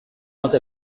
pointe